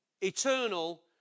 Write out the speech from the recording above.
eternal